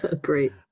Great